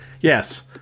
Yes